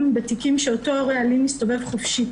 בתיקים שבהם אותו הורה אלים מסתובב חופשי.